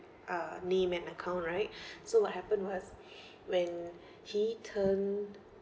uh name and account right so what happened was when he turn